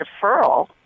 deferral